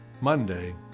Monday